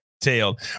tailed